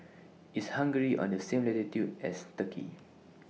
IS Hungary on The same latitude as Turkey